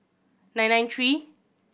nine nine three